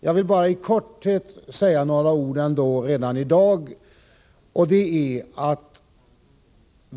Jag vill ändå redan i dag i korthet säga några ord.